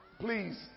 please